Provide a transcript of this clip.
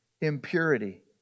impurity